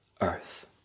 earth